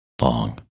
Long